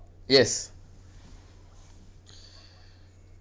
yes